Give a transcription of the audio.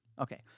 Okay